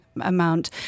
amount